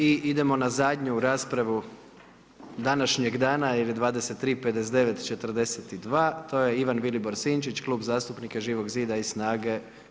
I idemo na zadnju raspravu današnjeg dana jer je 23:59:42, to je Ivan Vilibor Sinčić, Klub zastupnika Živog zida i SNAGA-e.